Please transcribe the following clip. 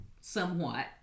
somewhat